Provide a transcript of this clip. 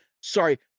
Sorry